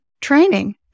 training